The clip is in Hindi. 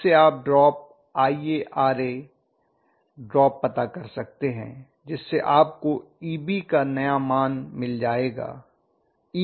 इस से आप ड्रॉप IaRa ड्राप पता कर सकते हैं जिससे आपको Eb का नया मान मिल जायेगा है